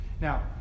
Now